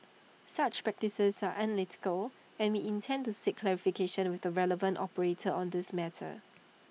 such practices are unethical and we intend to seek clarification with the relevant operator on this matter